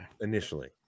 initially